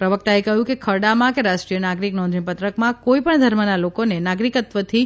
પ્રવકતાએ કહ્યું કે ખરડામાં કે રાષ્ટ્રીણેય નાગરિક નોંધણીપત્રકમાં કોઇપણ ધર્મના લોકોને નાગરિકત્વથી